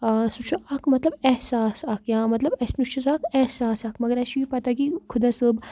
سُہ چھُ اَکھ مطلب احساس اَکھ یا مطلب اَسہِ نِش سُہ اَکھ احساس اَکھ مگر اَسہِ چھُ یہِ پَتہ کہِ خۄدا صٲب